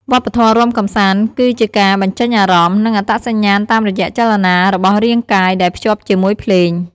វប្បធម៌រាំកម្សាន្ត គឺជាការបញ្ចេញអារម្មណ៍ និងអត្តសញ្ញាណតាមរយៈចលនារបស់រាងកាយ ដែលភ្ជាប់ជាមួយភ្លេង។